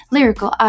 Lyrical